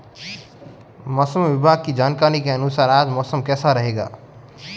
मौसम विभाग की जानकारी के अनुसार आज मौसम कैसा रहेगा?